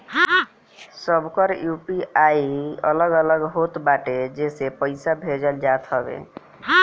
सबकर यू.पी.आई अलग अलग होत बाटे जेसे पईसा भेजल जात हवे